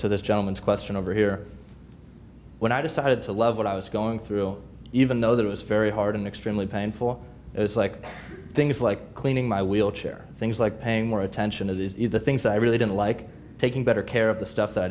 to this gentleman's question over here when i decided to love what i was going through even though that was very hard and extremely painful as like things like cleaning my wheelchair things like paying more attention to the things that i really didn't like taking better care of the stuff that i